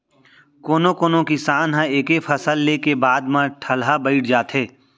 कोनो कोनो किसान ह एके फसल ले के बाद म ठलहा बइठ जाथे